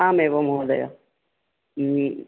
आम् एवं महोदय